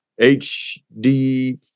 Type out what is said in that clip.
HD